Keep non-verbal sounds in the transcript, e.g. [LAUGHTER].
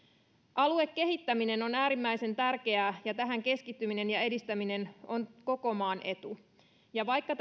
aluekehittäminen on äärimmäisen tärkeää ja tähän keskittyminen ja tämän edistäminen on koko maan etu vaikka [UNINTELLIGIBLE]